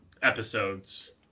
Episodes